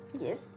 Yes